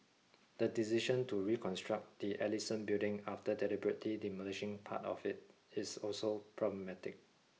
the decision to reconstruct the Ellison Building after deliberately demolishing part of it is also problematic